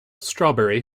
strawberry